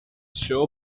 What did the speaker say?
show